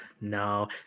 No